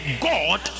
god